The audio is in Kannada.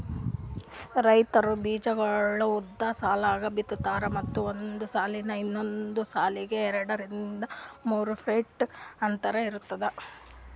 ರೈತ್ರು ಬೀಜಾಗೋಳ್ ಉದ್ದ್ ಸಾಲ್ದಾಗ್ ಬಿತ್ತಾರ್ ಮತ್ತ್ ಒಂದ್ ಸಾಲಿಂದ್ ಇನ್ನೊಂದ್ ಸಾಲಿಗ್ ಎರಡರಿಂದ್ ಮೂರ್ ಫೀಟ್ ಅಂತರ್ ಇರ್ತದ